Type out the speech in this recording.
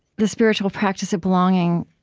the spiritual practice of belonging,